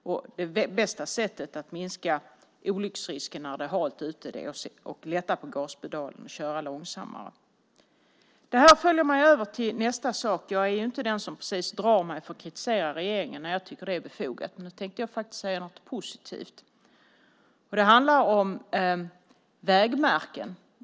Det bästa sättet att minska olycksrisken när det är halt är att lätta på gaspedalen och köra långsammare. Detta för mig över till nästa sak. Jag är inte precis den som drar sig för att kritisera regeringen när jag tycker att det är befogat. Nu tänkte jag emellertid säga något positivt. Det handlar om vägmärken.